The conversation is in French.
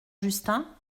justin